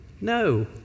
No